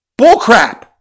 Bullcrap